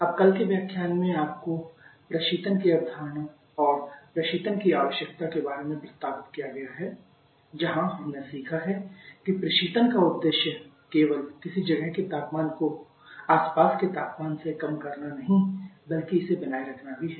अब कल के व्याख्यान में आपको प्रशीतन की अवधारणा और प्रशीतन की आवश्यकता के बारे में प्रस्तावित किया गया है जहां हमने सीखा है कि प्रशीतन का उद्देश्य केवल किसी जगह के तापमान को आसपास के तापमान से कम करना नहीं बल्कि इसे बनाए रखना भी है